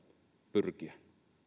pyrkiä